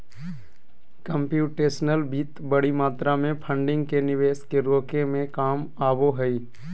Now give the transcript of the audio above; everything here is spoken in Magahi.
कम्प्यूटेशनल वित्त बडी मात्रा में फंडिंग के निवेश के रोके में काम आबो हइ